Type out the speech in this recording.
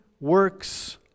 works